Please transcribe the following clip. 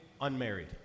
unmarried